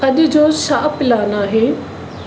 अॼ जो छा प्लान आहे